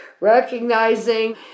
recognizing